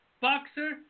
boxer